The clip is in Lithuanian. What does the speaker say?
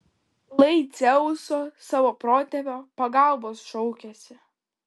lai dzeuso savo protėvio pagalbos šaukiasi